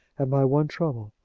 and my one trouble.